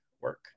work